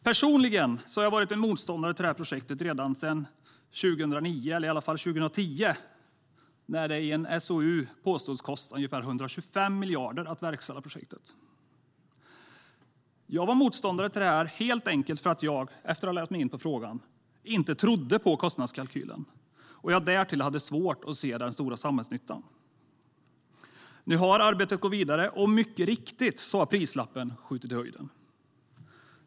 Personligen var jag motståndare till detta projekt sedan 2010 när det i en SOU påstods kosta ungefär 125 miljarder att verkställa projektet. Jag var motståndare helt enkelt därför att jag - efter att ha läst mig in på frågan - inte trodde på kostnadskalkylen. Därtill hade jag svårt att se den stora samhällsnyttan. Nu har arbetet gått vidare, och mycket riktigt har prislappen skjutit i höjden.